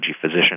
physician